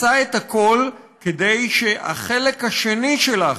הוא עשה את הכול כדי שהחלק השני של ההחלטה,